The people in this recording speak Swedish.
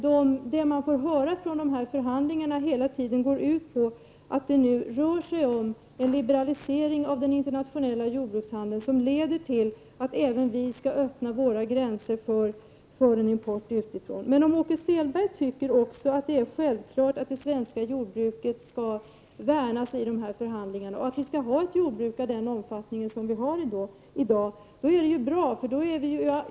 Det som man får höra från dessa förhandlingar går hela tiden ut på att det nu rör sig om en liberalisering av den internationella jordbrukshandeln som leder till att även vi skall öppna våra gränser för en import. Men om också Selberg tycker att det är självklart att det svenska jordbruket skall värnas i dessa förhandlingar och att vi skall ha ett jordbruk av nuvarande omfattning, är det bra.